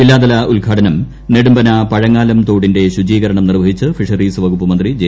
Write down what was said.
ജില്ലാതല ഉദ്ഘാടനം നെടുമ്പന പഴങ്ങാലം തോടിന്റെ ശുചീകരണം നിർവഹിച്ച് ഫിഷറീസ് വകുപ്പ് മന്ത്രി ജെ